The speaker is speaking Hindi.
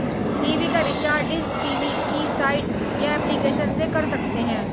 टी.वी का रिचार्ज डिश टी.वी की साइट या एप्लीकेशन से कर सकते है